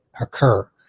occur